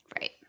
right